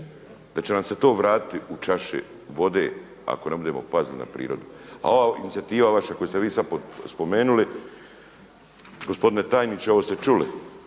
da će nam se to vratiti u čaši vode ako ne budemo pazili na prirodu. A ova vaša inicijativa koju ste vi sada spomenuli gospodine tajniče ovo ste čuli,